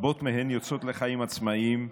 רבות מהן יוצאות לחיים עצמאיים.